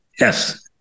Yes